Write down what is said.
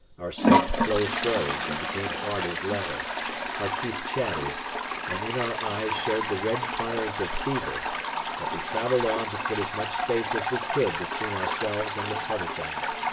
our soaked clothes froze and became hard as leather our teeth chattered and in our eyes showed the red fires of fever but we traveled on to put as much space as we could between ourselves and the partisans.